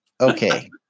Okay